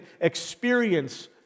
experience